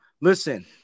listen